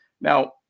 Now